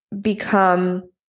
become